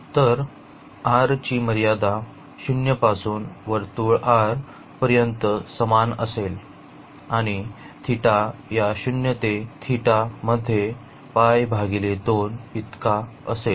तर r ची मर्यादा 0 पासून वर्तुळ r पर्यंत समान असेल आणि थीटा या 0 ते θ मध्ये इतका असेल